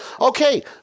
Okay